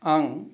आं